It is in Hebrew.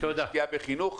ישקיעו בחינוך,